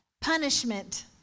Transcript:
punishment